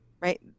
right